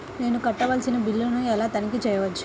నేను కట్టవలసిన బిల్లులను ఎలా తనిఖీ చెయ్యవచ్చు?